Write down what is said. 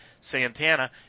Santana